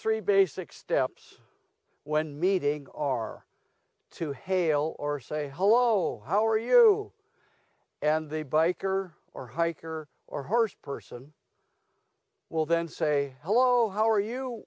three basic steps when meeting are to hail or say hello how are you and the biker or hiker or horse person will then say hello how are you